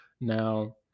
Now